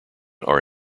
are